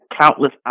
Countless